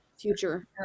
future